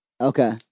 Okay